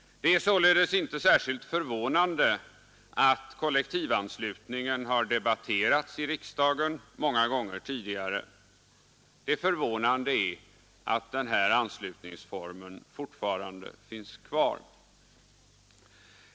Det är således inte särskilt förvånande att kollektivanslutningen har debatterats i riksdagen många gånger tidigare. Det förvånande är att den här anslutningsformen fortfarande finns kvar.